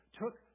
took